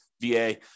VA